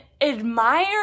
admire